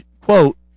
quote